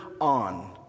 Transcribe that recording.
on